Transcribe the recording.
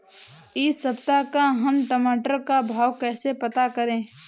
इस सप्ताह का हम टमाटर का भाव कैसे पता करें?